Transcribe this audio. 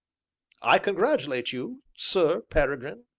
i congratulate you, sir peregrine,